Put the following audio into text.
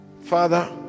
Father